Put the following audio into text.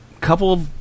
Couple